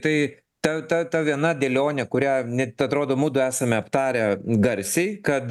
tai ta ta ta viena dėlionė kurią net atrodo mudu esame aptarę garsiai kad